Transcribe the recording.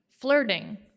flirting